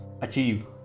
achieve